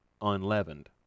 unleavened